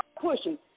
pushing